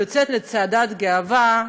יוצאת לצעדת גאווה.